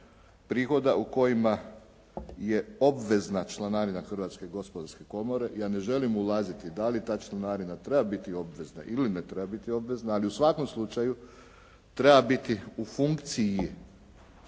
prihoda u kojima je obvezna članarina Hrvatske gospodarske komore. Ja ne želim ulaziti da li ta članarina treba biti obvezna ili ne treba biti obvezna, ali u svakom slučaju treba biti u funkciji